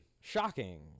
shocking